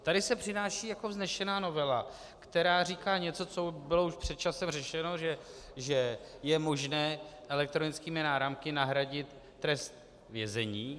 Tady se přináší vznešená novela, která říká něco, co bylo už před časem řečeno, že je možné elektronickými náramky nahradit trest vězení.